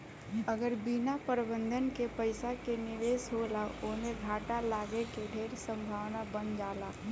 अगर बिना प्रबंधन के पइसा के निवेश होला ओमें घाटा लागे के ढेर संभावना बन जाला